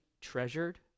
treasured